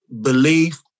belief